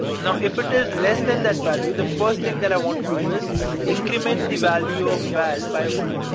now, if it is less than that value, the first thing that i want to do is increment the value of val by one,